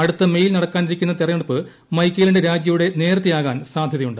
അടുത്ത മെയിൽ നടക്കാനിരിക്കുന്ന തെരഞ്ഞെടുപ്പ് മൈക്കേലിന്റെ രാജിയോടെ നേരത്തെ ആകാൻ സാധ്യതയുണ്ട്